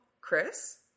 Chris